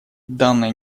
данная